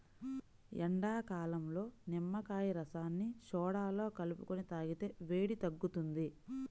ఎండాకాలంలో నిమ్మకాయ రసాన్ని సోడాలో కలుపుకొని తాగితే వేడి తగ్గుతుంది